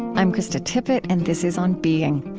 i'm krista tippett, and this is on being.